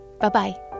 Bye-bye